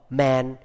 man